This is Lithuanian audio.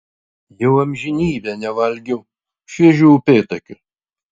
jau amžinybę nevalgiau šviežių upėtakių